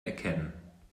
erkennen